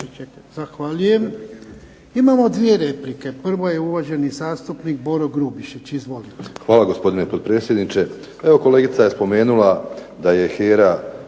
Zahvaljujem. Imamo dvije replike. Prvi je uvaženi zastupnik Boro Grubišić. Izvolite. **Grubišić, Boro (HDSSB)** Hvala gospodine potpredsjedniče. Evo kolegica je spomenula da je HERA